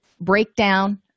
breakdown